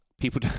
People